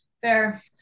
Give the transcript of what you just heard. fair